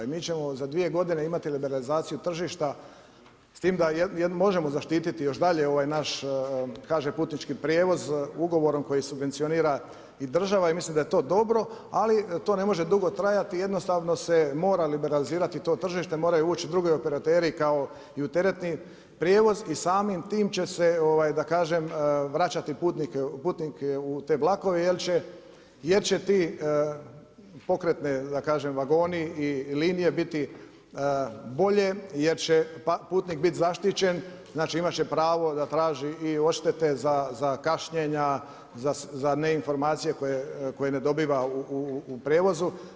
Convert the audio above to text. I mi ćemo za dvije godine imati liberalizaciju tržišta s tim da možemo zaštititi još dalje naš HŽ putnički prijevoz ugovorom kojeg subvencionira i država i mislim da je to dobro, ali to ne može dugo trajati, jednostavno se mora liberalizirati to tržište, moraju ući drugi operateri kao i u teretani prijevoz i u samim tim će se da kažem vraćati putnike u te vlakove jer će ti pokretni, da kažem vagoni i linije biti bolje, jer će putnik biti zaštićen, znači, imati će pravo da traži i odštete za kašnjenja, za neinforamcije koje ne dobiva u prijevozu.